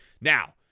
Now